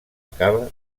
acaba